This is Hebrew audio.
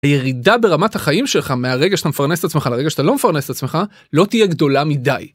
הירידה ברמת החיים שלך מהרגע שאתה מפרנס את עצמך לרגע שאתה לא מפרנס את עצמך לא תהיה גדולה מדי.